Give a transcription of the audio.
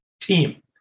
team